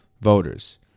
voters